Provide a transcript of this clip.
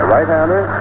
Right-hander